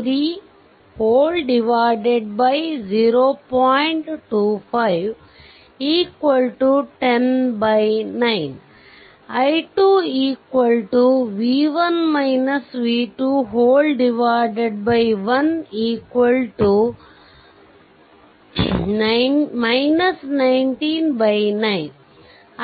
25 109 i 2 1 199